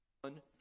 one